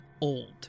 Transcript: old